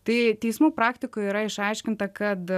tai teismų praktikoj yra išaiškinta kad